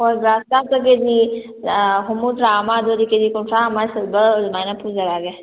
ꯍꯣꯏ ꯒ꯭ꯔꯥꯁ ꯀꯥꯞꯇ ꯀꯦꯖꯤ ꯍꯨꯝꯐꯨꯗ꯭ꯔꯥ ꯑꯃ ꯑꯗꯨꯗꯤ ꯀꯦꯖꯤ ꯀꯨꯟꯊ꯭ꯔꯥ ꯑꯃ ꯁꯤꯜꯚꯔ ꯑꯗꯨꯃꯥꯏꯅ ꯄꯨꯖꯔꯛꯑꯒꯦ